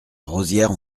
rosières